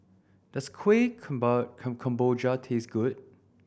does Kueh Kemboja taste good